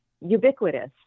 ubiquitous